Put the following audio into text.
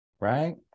right